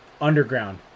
underground